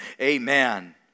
Amen